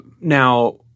now